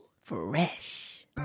Fresh